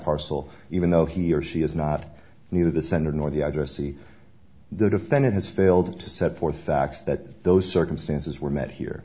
parcel even though he or she is not neither the sender nor the odyssey the defendant has failed to set forth facts that those circumstances were met here